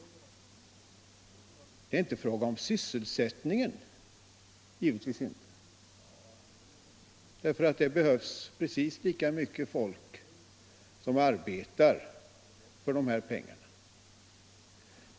Det är givetvis inte fråga om sysselsättningen — det behövs precis lika mycket folk som arbetar för de här pengarna.